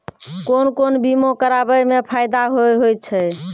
कोन कोन बीमा कराबै मे फायदा होय होय छै?